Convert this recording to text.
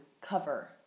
cover